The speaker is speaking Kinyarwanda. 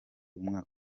umwaka